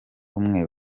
umwe